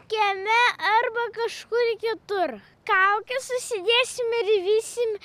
kieme arba kažkur kitur kaukes užsidėsim ir vysim